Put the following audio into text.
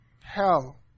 hell